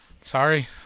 Sorry